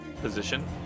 position